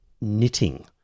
knitting